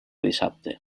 dissabte